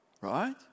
right